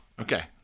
okay